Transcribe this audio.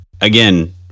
again